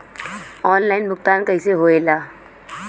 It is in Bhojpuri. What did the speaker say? ऑनलाइन भुगतान कैसे होए ला?